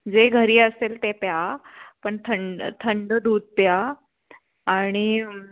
जे घरी असेल ते प्या पण थंड थंड दूध प्या आणि